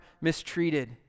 mistreated